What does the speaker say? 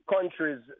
countries